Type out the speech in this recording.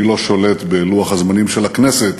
אני לא שולט בלוח הזמנים של הכנסת,